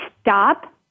stop